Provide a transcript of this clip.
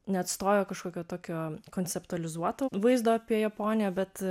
neatstojo kažkokio tokio konceptualizuoto vaizdo apie japoniją bet